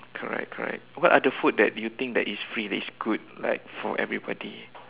correct correct what are the food that you think that is free that is good like for everybody